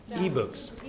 e-books